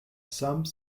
some